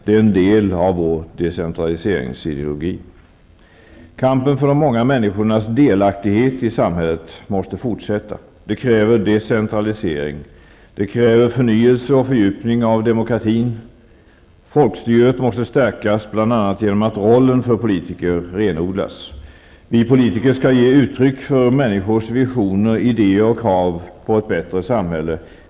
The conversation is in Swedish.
Det är en del av vår decentraliseringsideologi. Kampen för de många människornas delaktighet i samhället måste fortsätta. Det kräver decentralisering. Det kräver förnyelse och fördjupning av demokratin. Folkstyret måste stärkas, bl.a. genom att rollen för politiker renodlas. Vi politiker skall ge uttryck för människors visioner, idéer och krav på ett bättre samhälle.